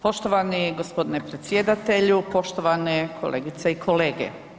Poštovani gospodine predsjedatelju, poštovane kolegice i kolege.